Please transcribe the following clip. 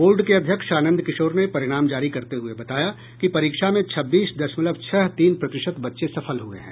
board के अध्यक्ष आनंद किशोर ने परिणाम जारी करते हुए बताया कि परीक्षा में छब्बीस दशमलव छह तीन प्रतिशत बच्चे सफल हुए हैं